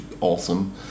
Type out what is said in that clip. Awesome